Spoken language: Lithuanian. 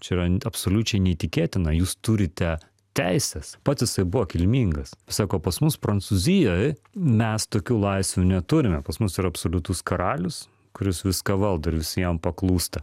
čia yra absoliučiai neįtikėtina jūs turite teises pats jisai buvo kilmingas sako pas mus prancūzijoj mes tokių laisvių neturime pas mus yra absoliutus karalius kuris viską valdo ir visi jam paklūsta